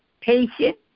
patient